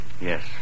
Yes